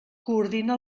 coordina